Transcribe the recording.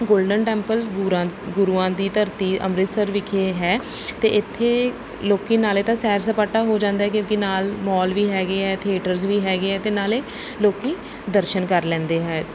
golden temple ਗੂਰਾ ਗੁਰੂਆਂ ਦੀ ਧਰਤੀ ਅੰਮ੍ਰਿਤਸਰ ਵਿਖੇ ਹੈ ਅਤੇ ਇੱਥੇ ਲੋਕ ਨਾਲੇ ਤਾਂ ਸੈਰ ਸਪਾਟਾ ਹੋ ਜਾਂਦਾ ਕਿਉਂਕਿ ਨਾਲ ਮੌਲ ਵੀ ਹੈਗੇ ਆ ਥੀਏਟਰਜ਼ ਵੀ ਹੈਗੇ ਆ ਅਤੇ ਨਾਲੇ ਲੋਕ ਦਰਸ਼ਨ ਕਰ ਲੈਂਦੇ ਹੈ